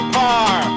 par